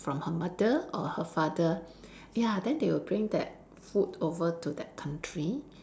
from her mother or her father ya then they will bring that food over to that country